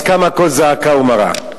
אז קם קול זעקה מרה.